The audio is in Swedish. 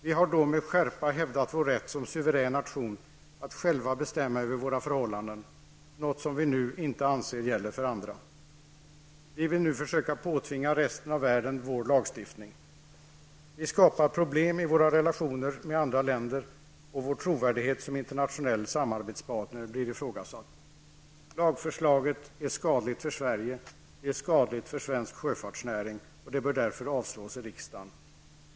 Vi har då med skärpa hävdat vår rätt som suverän nation att själva bestämma över våra förhållanden, något som vi nu inte anser gäller för andra. Vi vill nu försöka påtvinga resten av världen vår lagstiftning. Vi skapar därmed problem i våra relationer med andra länder, och vår trovärdighet som internationell samarbetspartner blir ifrågasatt. Lagförslaget är skadligt för Sverige, och det är skadligt för svensk sjöfartsnäring. Det bör därför avslås av riksdagen.